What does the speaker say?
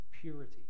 purity